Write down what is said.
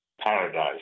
paradise